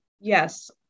Yes